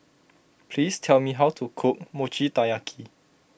please tell me how to cook Mochi Taiyaki